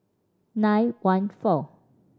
nine one four